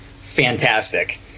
fantastic